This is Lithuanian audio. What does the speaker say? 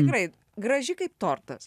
tikrai graži kaip tortas